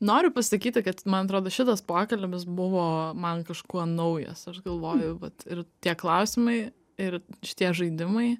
noriu pasakyti kad man atrodo šitas pokalbis buvo man kažkuo naujas aš galvoju vat ir tie klausimai ir šitie žaidimai